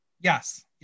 Yes